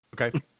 Okay